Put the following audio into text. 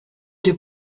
der